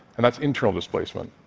and that's internal displacement.